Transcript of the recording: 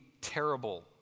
terrible